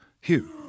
Hugh